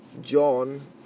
John